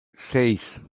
seis